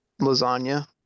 lasagna